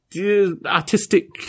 Artistic